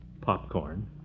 Popcorn